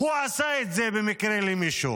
הוא עשה את זה במקרה למישהו,